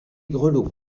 grelots